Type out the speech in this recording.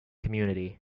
community